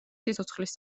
სიცოცხლის